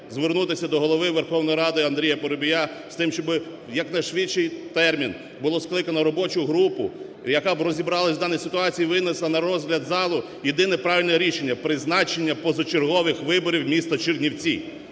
звернутися до Голови Верховної Ради Андрія Парубія з тим, щоби в якнайшвидший термін було скликано робочу групу, яка б розібралася в даній ситуації і винесла на розгляд залу єдине правильне рішення – призначення позачергових виборів міста Чернівці.